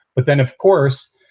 but then, of course,